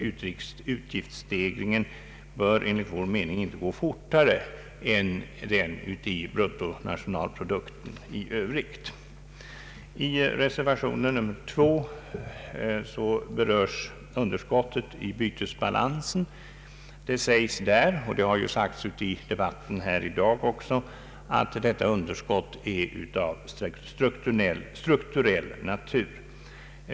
Utgiftsstegringen bör enligt vår mening inte gå fortare än ökningen i bruttonationalprodukten. I reservation 2 berörs underskottet i bytesbalansen. Det sägs där och det har sagts även i debatten i dag, att detta underskott är av strukturell natur.